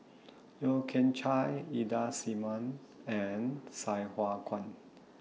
Yeo Kian Chye Ida Simmon and Sai Hua Kuan